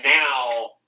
now